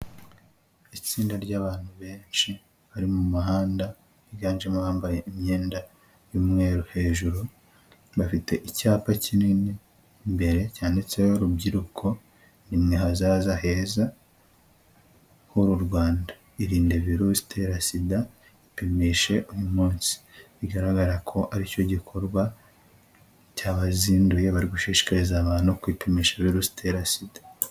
Itsinda ry'abantu benshi bari mu muhanda, biganjemo bambaye imyenda y'umweru hejuru, bafite icyapa kinini, imbere cyanditseho "rubyiruko nimwe hazaza heza h'uru Rwanda, irinde virusi itera SIDA, ipimishe uyu munsi", bigaragara ko aricyo gikorwa cyabazinduye, bari gushishikariza abantu kwipimisha virusi itera SIDA.